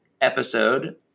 episode